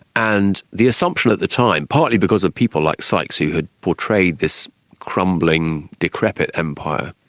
and the assumption at the time, partly because of people like sykes who had portrayed this crumbling, decrepit empire,